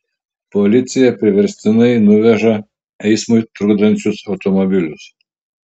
policija priverstinai nuveža eismui trukdančius automobilius